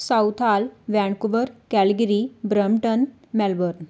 south hall Vancouver Calgary Brampton Melbourne